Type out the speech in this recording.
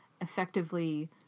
effectively